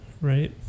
Right